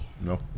no